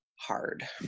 hard